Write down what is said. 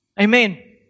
Amen